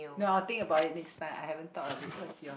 no I'll think about it next time I haven't thought of it what's yours